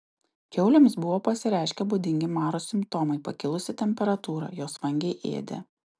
kiaulėms buvo pasireiškę būdingi maro simptomai pakilusi temperatūra jos vangiai ėdė